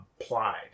applied